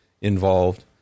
involved